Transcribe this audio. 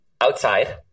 outside